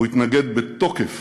הוא התנגד בתוקף